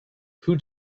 who